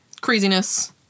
Craziness